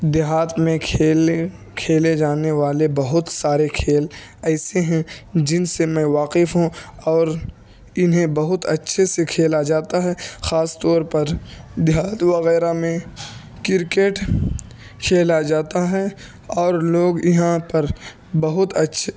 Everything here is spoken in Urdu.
دیہات میں کھیلے کھیلے جانے والے بہت سارے کھیل ایسے ہیں جن سے میں واقف ہوں اور انہیں بہت اچّھے سے کھیلا جاتا ہے خاص طور پر دیہات وغیرہ میں کرکٹ کھیلا جاتا ہے اور لوگ یہاں پر بہت اچّھے